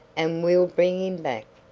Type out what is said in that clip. and we'll bring him back,